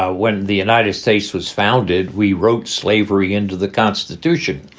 ah when the united states was founded, we wrote slavery into the constitution.